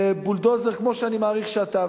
ובולדוזר כמו שאני מעריך שאתה.